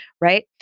right